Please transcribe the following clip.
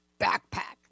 backpack